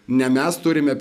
ne mes turime